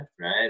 right